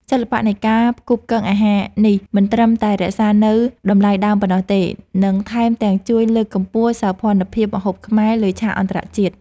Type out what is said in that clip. សិល្បៈនៃការផ្គូផ្គងអាហារនេះមិនត្រឹមតែរក្សានូវតម្លៃដើមប៉ុណ្ណោះទេនិងថែមទាំងជួយលើកកម្ពស់សោភ័ណភាពម្ហូបខ្មែរលើឆាកអន្តរជាតិ។